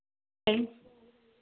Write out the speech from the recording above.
A